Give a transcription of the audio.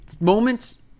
moments